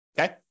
okay